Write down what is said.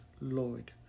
Lord